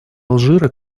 алжира